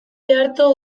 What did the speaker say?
arto